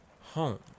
Home